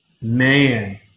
Man